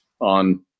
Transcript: on –